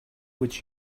what